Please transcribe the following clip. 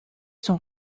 son